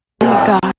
God